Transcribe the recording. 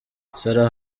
sarah